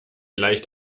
leicht